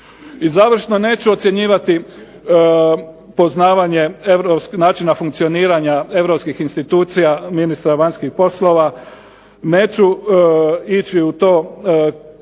I završno, neću ocjenjivati poznavanje načina funkcioniranja europskih institucija ministra vanjskih poslova, neću ići u to